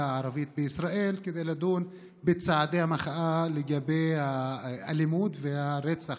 הערבית בישראל כדי לדון בצעדי מחאה לגבי האלימות והרצח